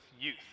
youth